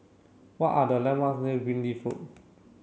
what are the landmarks near Greenleaf Road